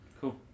Cool